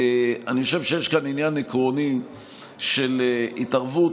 אני חושב שיש כאן עניין עקרוני של התערבות